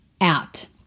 out